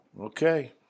Okay